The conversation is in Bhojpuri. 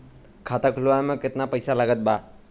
खाता खुलावे म केतना पईसा लागत बा?